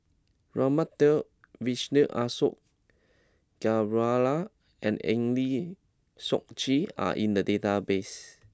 Raman Daud Vijesh Ashok Ghariwala and Eng Lee Seok Chee are in the database